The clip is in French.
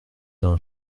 d’un